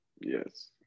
Yes